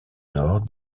nord